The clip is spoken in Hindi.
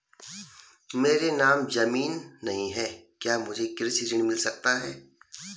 मेरे नाम ज़मीन नहीं है क्या मुझे कृषि ऋण मिल सकता है?